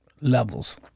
levels